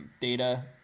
data